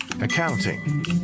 accounting